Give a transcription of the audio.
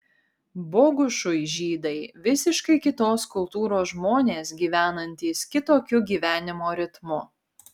bogušui žydai visiškai kitos kultūros žmonės gyvenantys kitokiu gyvenimo ritmu